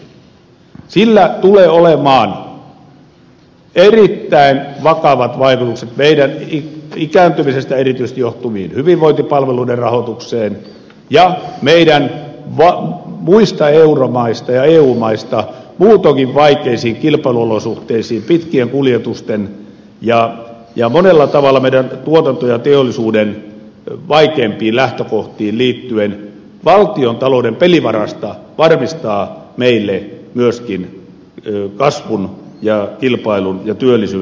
sillä tulee olemaan erittäin vakavat vaikutukset erityisesti meidän ikääntymisestämme johtuvien hyvinvointipalveluiden rahoitukseen ja muista euromaista ja eu maista muutoinkin vaikeisiin kilpailuolosuhteisiin pitkiin kuljetuksiin ja monella tavalla meidän tuotannon ja teollisuuden vaikeimpiin lähtökohtiin liittyen valtiontalouden pelivaraan varmistaa meille myöskin kasvun ja kilpailun ja työllisyyden edellytyksiä